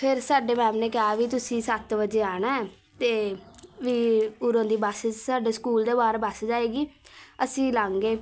ਫਿਰ ਸਾਡੇ ਮੈਮ ਨੇ ਕਿਹਾ ਵੀ ਤੁਸੀਂ ਸੱਤ ਵਜੇ ਆਉਣਾ ਹੈ ਅਤੇ ਵੀ ਉਰੋਂ ਦੀ ਬੱਸ ਸਾਡੇ ਸਕੂਲ ਦੇ ਬਾਹਰ ਬੱਸ ਜਾਏਗੀ ਅਸੀਂ ਲੰਘ ਗਏ